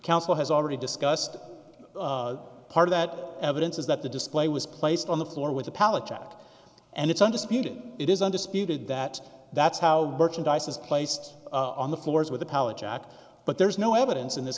counsel has already discussed part of that evidence is that the display was placed on the floor with a pallet jack and it's undisputed it is undisputed that that's how merchandise is placed on the floors with a pallet jack but there's no evidence in this